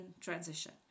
transition